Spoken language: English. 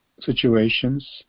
situations